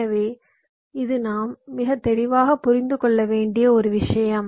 எனவே இது நாம் மிக தெளிவாக புரிந்து கொள்ள வேண்டிய ஒரு விஷயம்